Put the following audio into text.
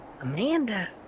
Amanda